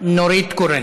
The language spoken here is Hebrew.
נורית קורן,